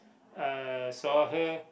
uh saw her